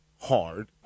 hard